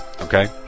Okay